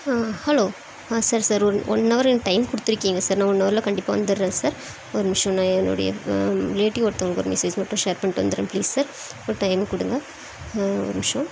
ஆ hello ஆ sir sir ஒரு one hour எனக்கு டைம் கொடுத்துருக்கீங்க சார் நான் ஒன் ஹவர்ல கண்டிப்பாக வந்துடுறேன் சார் ஒரு நிமிடம் நான் என்னுடைய ரிலேடிவ் ஒருத்தங்களுக்கு ஒரு மெசேஜ் மட்டும் ஷேர் பண்ணிட்டு வந்துடுறேன் ப்ளீஸ் சார் ஒரு டைம் கொடுங்க ஒரு நிமிடம்